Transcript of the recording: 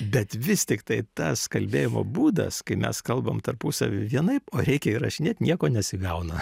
bet vis tiktai tas kalbėjimo būdas kai mes kalbam tarpusavy vienaip o reikia įrašinėt nieko nesigauna